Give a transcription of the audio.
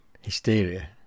hysteria